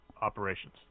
operations